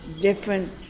different